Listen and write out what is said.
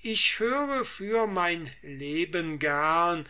ich höre für mein leben gerne